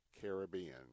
Caribbean